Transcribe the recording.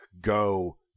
Go